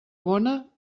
bona